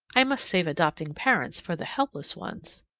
i must save adopting parents for the helpless ones.